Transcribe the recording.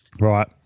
Right